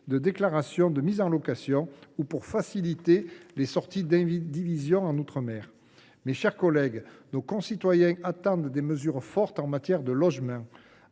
de déclaration de mise en location ou à faciliter la sortie des indivisions en outre mer. Mes chers collègues, nos concitoyens attendent des mesures fortes en matière de logement.